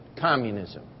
Communism